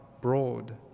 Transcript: broad